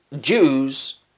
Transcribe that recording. Jews